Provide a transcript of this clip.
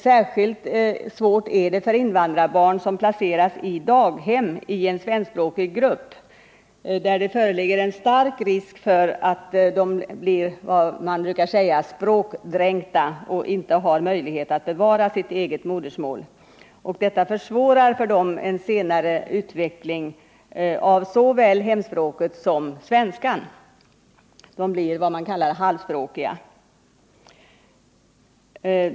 Särskilt svårt är det för invandrarbarn som på daghem placeras i en svenskspråkig grupp, där det föreligger stark risk för att de blir vad man brukar kalla språkdränkta och inte har möjlighet att bevara sitt eget modersmål. Detta försvårar för dem en senare utveckling av såväl hemspråket som svenskan. De blir vad man kallar halvspråkiga.